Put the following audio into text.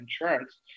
Insurance